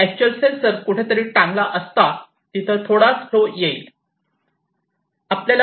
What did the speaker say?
पण actual sensor कुठेतरी टांगला असता तिथं थोडाच फ्लो येईल